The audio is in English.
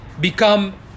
become